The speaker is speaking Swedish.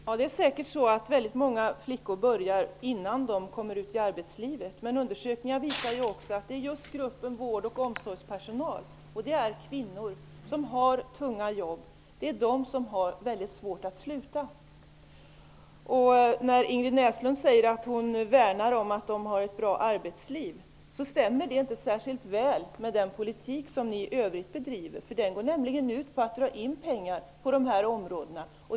Herr talman! Det är säkert så att väldigt många flickor börjar röka innan de kommer ut i arbetslivet. Men undersökningar visar också att det just är gruppen vård och omsorgspersonal som har mycket svårt att sluta -- och det är kvinnor som har tunga jobb. När Ingrid Näslund säger att hon värnar om att de har en bra arbetssituation stämmer det inte särskilt väl med den politik som ni i övrigt bedriver. Den går nämligen ut på att dra in pengar för dessa områden.